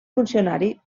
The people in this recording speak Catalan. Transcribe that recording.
funcionari